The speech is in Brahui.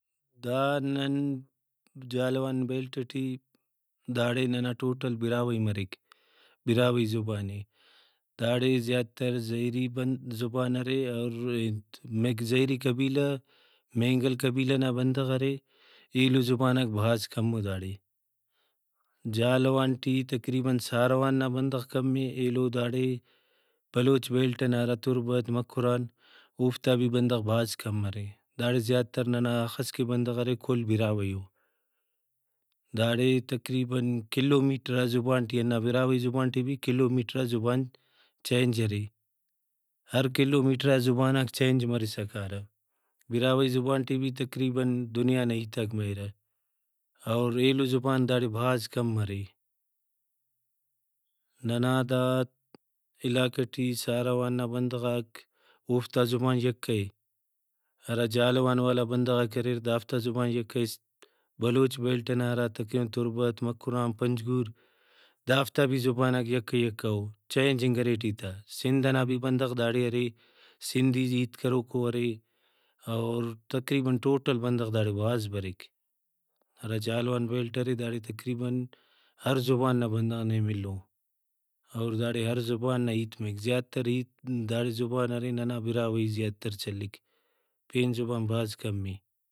دا نن جہلاوان بیلٹ ٹی داڑے ننا ٹوٹل براہوئی مریک براہوئی زبانے داڑے زیاتر زہری زبان ارے اور انت مریک زہری قبیلہ مینگل قبیلہ نا بندغ ارے ایلو زباناک بھاز کمو داڑے جہلاوان ٹی تقریباً ساراوان نا بندغ کمے ایلو داڑے بلوچ بیلٹ ئنا ہرا تربت مکران اوفتا بھی بندغ بھاز کم ارے داڑے زیاتر ننا ہخس کہ بندغ ارے کل براہوئی او۔ داڑے تقریباً کلو میٹرا زبان ٹی ہندا براہوئی زبان ٹی بھی کلو میٹرا زبان changeارے۔ ہر کلو میٹرا زباناکchangeمرسا کارہ۔ براہوئی زبان ٹی بھی تقریباً دنیا نا ہیتاک مریرہ اور ایلو زبان داڑے بھاز کم ارے ننا دا علاقہ ٹی ساروان نا بندغاک اوفتا زبان یکہ اے ہرا جہلاوان والا بندغاک اریر دافتا زبان یکہ اے بلوچ بیلٹ ئنا ہرا تقریباً تربت مکران پنجگور دافتا بھی زباناک یکہ یکہ او changingارے ایٹی تا سندھ نا بھی بندغ داڑے ارے سندھی ٹی ہیت کروکو ارے اور تقریباً ٹوٹل بندغ داڑے بھاز بریک ہرا جہلاوان بیلٹ ارے داڑے تقریباً ہر زبان نا بندغ نے ملو اور داڑے ہر زبان نا ہیت مریک زیاتر ہیت داڑے زبان ارے براہوئی زیاتر چلیک پین زبان بھاز کمے۔